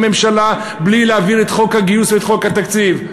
ממשלה בלי להעביר את חוק הגיוס ואת חוק התקציב.